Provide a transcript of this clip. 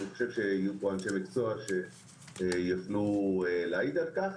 אני חושב שיהיו פה אנשי מקצוע שיוכלו להעיד על כך.